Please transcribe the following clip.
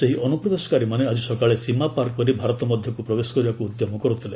ସେହି ଅନୁପ୍ରବେଶକାରୀମାନେ ଆଜି ସକାଳେ ସୀମା ପାର କରି ଭାରତ ମଧ୍ୟକୁ ପ୍ରବେଶ କରିବାକୁ ଉଦ୍ୟମ କରୁଥିଲେ